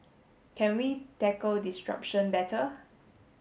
can we tackle disruption better